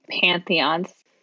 pantheons